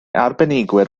arbenigwyr